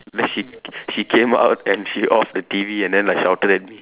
then she she came up and she off the T_V and then like shouted at me